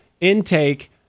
intake